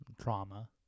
Trauma